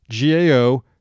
GAO